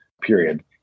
period